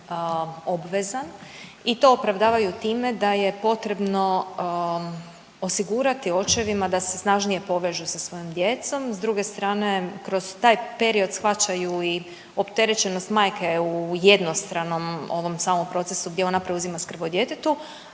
i to opravdavaju time da je potrebno osigurati očevima da se snažnije povežu sa svojom djecom. S druge strane kroz taj period shvaćaju i opterećenost majke u jednostranom ovom samom procesu gdje ona preuzima skrb o djetetu,